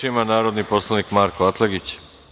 Reč ima narodni poslanik Marko Atlagić.